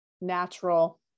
natural